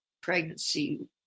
pregnancy